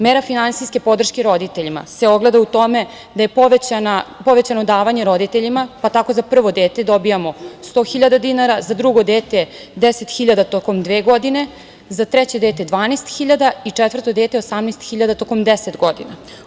Mera finansijske podrške roditeljima se ogleda u tome da je povećano davanje roditeljima, pa tako za prvo dete dobijamo 100 hiljada dinara, za drugo dete 10 hiljada tokom dve godine, za treće dete 12 hiljada i četvrto dete 18 hiljada tokom deset godina.